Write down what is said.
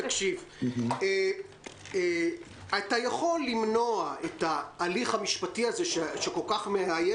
תקשיב: אתה יכול למנוע את ההליך המשפטי הזה שכל כך מאיים